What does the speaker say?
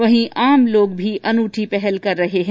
वहीं आम लोग भी अनूठी पहल कर रहे हैं